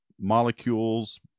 molecules